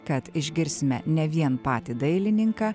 kad išgirsime ne vien patį dailininką